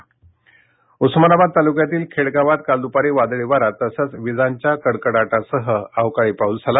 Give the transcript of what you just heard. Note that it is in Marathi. अवकाळी पाउस उस्मानाबाद तालुक्यातील खेड गावात काल दुपारी वादळी वारा तसंच विजांच्या कडकडाटासह अवकाळी पाउस झाला